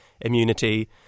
immunity